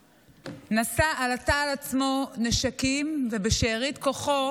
נסע, עטה על עצמו נשקים, ובשארית כוחו